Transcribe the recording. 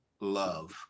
love